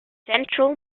central